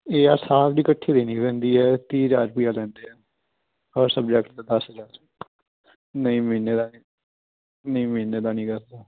ਇਹ ਹਰ ਸਾਲ ਦੀ ਇਕੱਠੀ ਦੇਣੀ ਪੈਂਦੀ ਹੈ ਤੀਹ ਹਜ਼ਾਰ ਰੁਪਈਆ ਲੈਂਦੇ ਹੈ ਹਰ ਸਬਜੈਕਟ ਦਾ ਦਸ ਲੈਂਦੇ ਨਹੀਂ ਮਹੀਨੇ ਦਾ ਨਹੀਂ ਮਹੀਨੇ ਦਾ ਨਹੀਂ ਗਾ